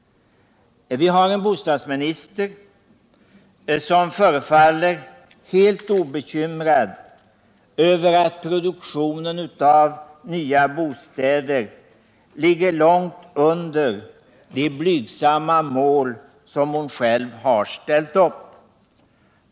Vi har en bostadsminister som förefaller helt obekymrad över att produktionen av nya bostäder ligger långt under de blygsamma mål hon själv ställt upp.